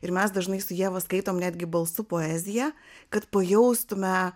ir mes dažnai su ieva skaitom netgi balsu poeziją kad pajaustume